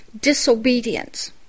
Disobedience